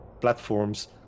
platforms